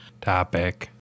topic